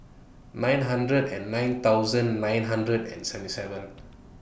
nine hundred nine thousand nine hundred and seventy seven